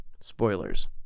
Spoilers